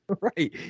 Right